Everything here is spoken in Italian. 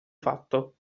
fatto